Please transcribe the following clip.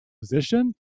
position